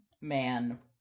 man